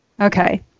Okay